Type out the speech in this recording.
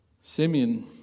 Simeon